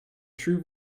true